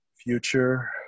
future